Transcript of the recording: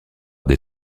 des